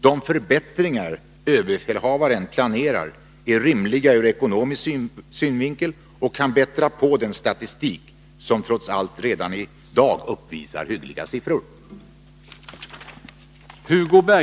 De förbättringar ÖB planerar är rimliga ur ekonomisk synvinkel och kan bättra på den statistik som trots allt redan i dag uppvisar hyggliga siffror.